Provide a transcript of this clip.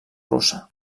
russa